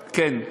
כן.